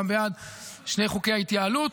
גם בעד שני חוקי ההתייעלות.